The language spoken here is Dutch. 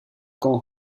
kon